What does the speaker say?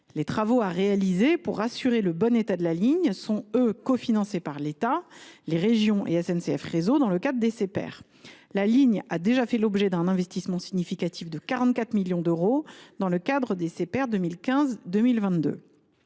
Les travaux à réaliser pour assurer le bon état de la ligne sont, eux, cofinancés par l’État, les régions et SNCF Réseau dans le cadre des CPER : la ligne a déjà fait l’objet d’un investissement significatif de 44 millions d’euros dans le cadre des CPER 2015 2022.